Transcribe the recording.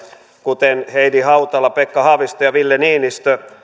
kuten heidi hautala pekka haavisto ja ville niinistö